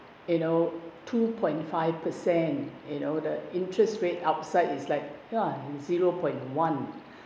you know two point five percent you know the interest rate outside is like ya zero point one